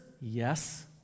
Yes